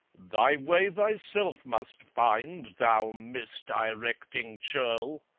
thy way thyself must find, thou misdirecting churl!